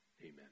Amen